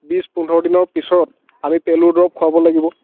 বিশ পোন্ধৰ দিনৰ পিছত আমি পেলুৰ দৰৱ খুৱাব লাগিব